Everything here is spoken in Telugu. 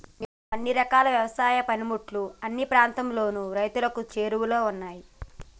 నేడు అన్ని రకాల యవసాయ పనిముట్లు అన్ని ప్రాంతాలలోను రైతులకు చేరువలో ఉన్నాయి